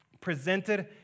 presented